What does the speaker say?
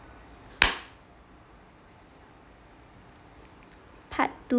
part two